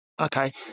Okay